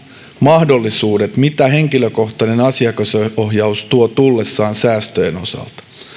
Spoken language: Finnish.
mahdollisuudet siinä mitä henkilökohtainen asiakasohjaus tuo tullessaan säästöjen osalta